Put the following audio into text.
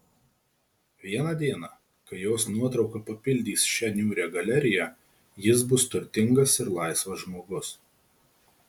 vieną dieną kai jos nuotrauka papildys šią niūrią galeriją jis bus turtingas ir laisvas žmogus